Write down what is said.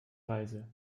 reise